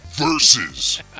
Versus